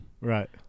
Right